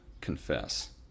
Confess